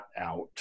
out